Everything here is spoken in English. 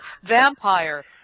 Vampire